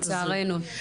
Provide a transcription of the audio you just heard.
לצערנו.